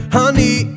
honey